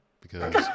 because-